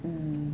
hmm